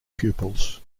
pupils